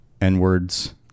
N-words